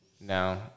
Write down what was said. No